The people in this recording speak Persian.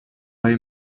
های